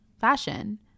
fashion